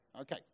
Okay